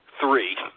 three